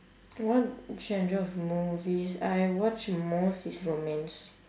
what genre of movies I watch most is romance